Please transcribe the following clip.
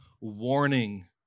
warning